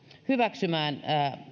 hyväksymään